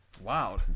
Wow